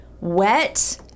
wet